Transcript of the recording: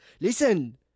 Listen